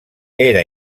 era